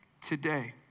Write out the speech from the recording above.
today